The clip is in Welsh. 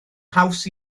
haws